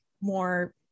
more